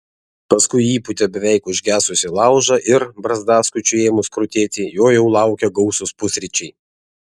paskui įpūtė beveik užgesusį laužą ir barzdaskučiui ėmus krutėti jo jau laukė gausūs pusryčiai